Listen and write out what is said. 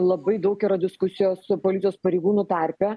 labai daug yra diskusijos policijos pareigūnų tarpe